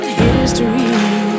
history